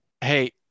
Hey